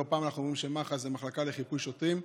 לא פעם אנחנו אומרים שמח"ש היא מחלקה לחיפוי שוטרים.